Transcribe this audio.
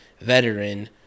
veteran